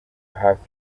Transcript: hafi